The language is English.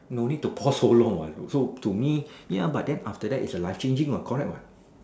no need to pour so long what so to me ya but then after that is life changing ya correct what